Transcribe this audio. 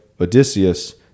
Odysseus